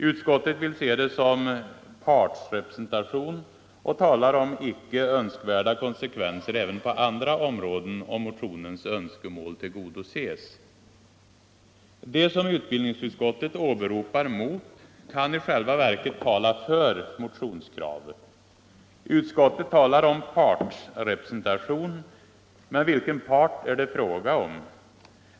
Utskottet vill se det som partsrepresentation och talar om ”inte önskvärda konsekvenser även på andra områden om motionärernas önskemål till De skäl som utbildningsutskottet åberopar mot motionskravet kan i själva verket tala för detsamma. Utskottet talar om ”partsrepresentation” , men vilken part är det fråga om?